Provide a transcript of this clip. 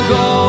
go